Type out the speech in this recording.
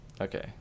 Okay